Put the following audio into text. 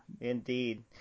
indeed